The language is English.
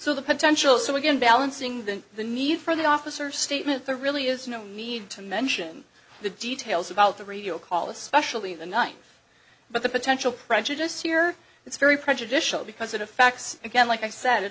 so the potential so again balancing then the need for the officer statement there really is no need to mention the details about the radio call especially the night but the potential prejudice here it's very prejudicial because of the facts again like i said